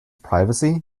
privacy